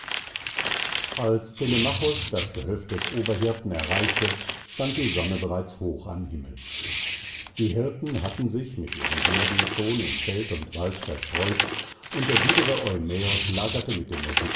als telemachos das gehöft des oberhirten erreichte stand die sonne bereits hoch am himmel die hirten hatten sich mit ihren herden schon in feld und wald zerstreut und der biedere eumäos lagerte mit dem